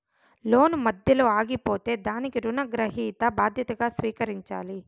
లోను మధ్యలో ఆగిపోతే దానికి రుణగ్రహీత బాధ్యతగా స్వీకరించాలి